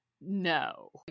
no